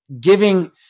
giving